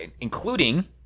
Including